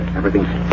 Everything's